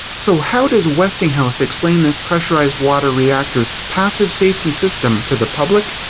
so how does westinghouse explain this pressurized water reactor's passive safety system to the public?